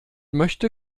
möchte